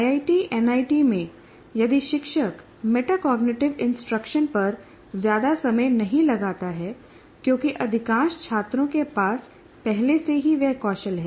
IIT NIT IITNIT में यदि शिक्षक मेटाकॉग्निटिव इंस्ट्रक्शन पर ज्यादा समय नहीं लगाता है क्योंकि अधिकांश छात्रों के पास पहले से ही वह कौशल है